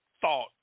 thought